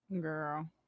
Girl